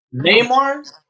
Neymar